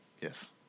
Yes